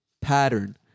Pattern